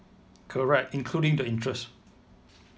correct including the interest